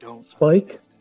Spike